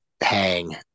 hang